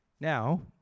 Now